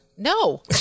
No